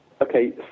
okay